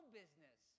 business